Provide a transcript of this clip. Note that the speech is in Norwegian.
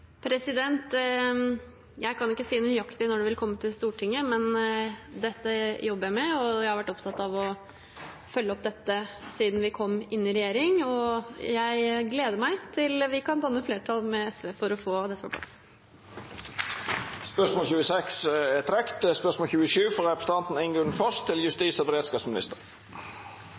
Jeg kan ikke si nøyaktig når det vil komme til Stortinget, men dette jobber jeg med, og jeg har vært opptatt av å følge opp dette siden vi kom inn i regjering. Jeg gleder meg til vi kan danne flertall med SV for å få dette på plass. Dette spørsmålet er trekt.